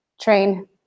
train